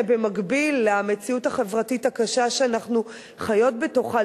במקביל למציאות החברתית הקשה שאנחנו חיות בתוכה,